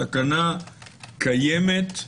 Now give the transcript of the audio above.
הסכנה קיימת,